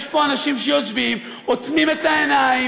יש פה אנשים שיושבים, עוצמים את העיניים.